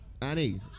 Annie